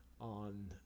on